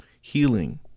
healing